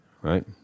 right